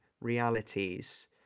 realities